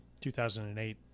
2008